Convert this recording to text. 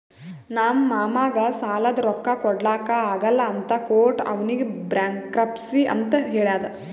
ನಮ್ ಮಾಮಾಗ್ ಸಾಲಾದ್ ರೊಕ್ಕಾ ಕೊಡ್ಲಾಕ್ ಆಗಲ್ಲ ಅಂತ ಕೋರ್ಟ್ ಅವ್ನಿಗ್ ಬ್ಯಾಂಕ್ರಪ್ಸಿ ಅಂತ್ ಹೇಳ್ಯಾದ್